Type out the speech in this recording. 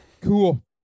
Cool